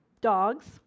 dogs